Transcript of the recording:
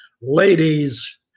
ladies